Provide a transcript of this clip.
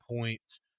points